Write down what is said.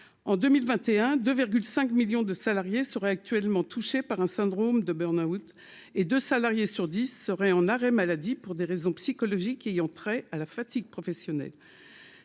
en 2021 2 5 millions de salariés seraient actuellement touchés par un syndrome de burn-out et de salariés sur 10 seraient en arrêt maladie pour des raisons psychologiques ayant trait à la fatigue professionnelle.